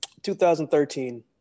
2013